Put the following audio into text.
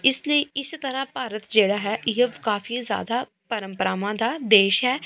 ਇਸ ਲਈ ਇਸ ਤਰ੍ਹਾਂ ਭਾਰਤ ਜਿਹੜਾ ਹੈ ਇਹ ਕਾਫ਼ੀ ਜ਼ਿਆਦਾ ਪਰੰਪਰਾਵਾਂ ਦਾ ਦੇਸ਼ ਹੈ